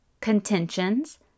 contentions